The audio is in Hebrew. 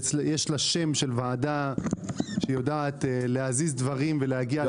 יש לה שם של ועדה שיודעת להזיז דברים ולהגיע למיצוי.